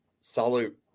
salute